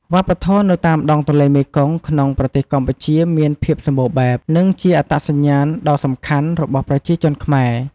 វប្បធម៌នៅតាមដងទន្លេមេគង្គក្នុងប្រទេសកម្ពុជាមានភាពសម្បូរបែប និងជាអត្តសញ្ញាណដ៏សំខាន់របស់ប្រជាជនខ្មែរ។